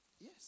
Yes